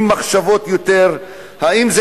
יותר עם מחשבות?